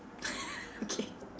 okay